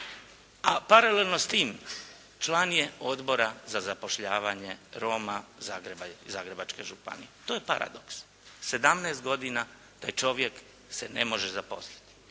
a paralelno s tim član je Odbora za zapošljavanje Roma Zagreba i Zagrebačke županije. To je paradoks. Sedamnaest godina taj čovjek se ne može zaposliti.